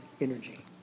energy